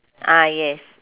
ah yes